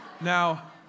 now